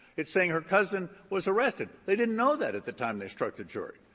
it's saying her cousin was arrested. they didn't know that at the time they struck the jury.